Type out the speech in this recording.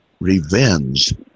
revenge